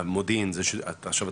זה מספק אתכם?